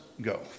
go